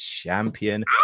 champion